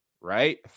right